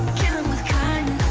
em with kindness